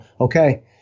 okay